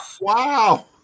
Wow